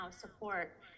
support